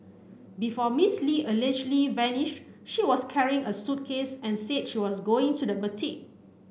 before Miss Li allegedly vanished she was carrying a suitcase and say she was going to the boutique